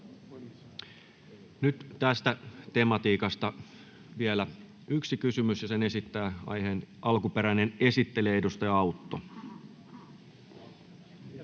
Nyt tästä tematiikasta vielä yksi kysymys, ja sen esittää aiheen alkuperäinen esittelijä, edustaja Autto.